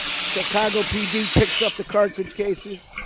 chicago pd picks up the cartridge cases,